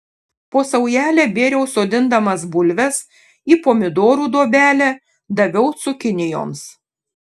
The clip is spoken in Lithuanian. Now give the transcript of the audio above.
po saujelę bėriau sodindamas bulves į pomidorų duobelę daviau cukinijoms